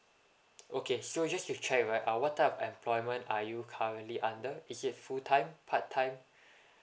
okay so just to check right uh what type of employment are you currently under is it full time part time